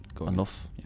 enough